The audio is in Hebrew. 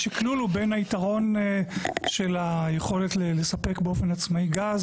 השקלול הוא בין היתרון של היכולת לספק באופן עצמאי גז.